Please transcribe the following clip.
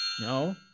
No